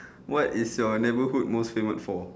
what is your neighbourhood most famous for